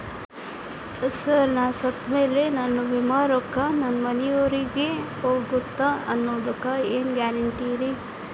Sir ನಾನು ಸತ್ತಮೇಲೆ ನನ್ನ ವಿಮೆ ರೊಕ್ಕಾ ನನ್ನ ಮನೆಯವರಿಗಿ ಹೋಗುತ್ತಾ ಅನ್ನೊದಕ್ಕೆ ಏನ್ ಗ್ಯಾರಂಟಿ ರೇ?